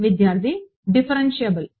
విద్యార్థి డిఫ్ఫరెన్షియబుల్